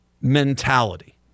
mentality